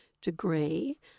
degree